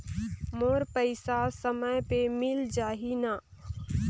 मोर पइसा समय पे मिल जाही न?